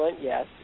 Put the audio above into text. Yes